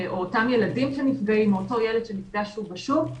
או אותם ילדים שנפגעים או אותו ילד שנפגע שוב ושוב,